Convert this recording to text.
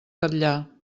catllar